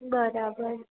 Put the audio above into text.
બરાબર